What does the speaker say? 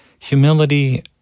Humility